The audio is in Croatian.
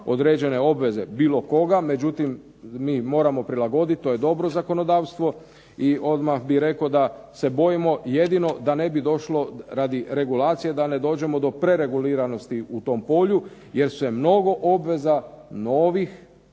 određene obveze bilo koga, međutim mi moramo prilagoditi, to je dobro zakonodavstvo i odmah bih rekao da se bojimo jedino da ne bi došlo radi regulacije da ne dođemo do prereguliranosti u tom polju, jer se mnogo obveza novih